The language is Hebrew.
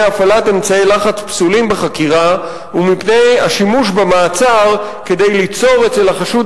הפעלת אמצעי לחץ פסולים בחקירה ומפני השימוש במעצר כדי ליצור אצל החשוד